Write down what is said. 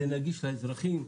זה נגיש לאזרחים,